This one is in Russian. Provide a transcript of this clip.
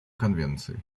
конвенции